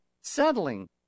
settling